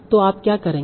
तो आप क्या करेंगे